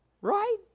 Right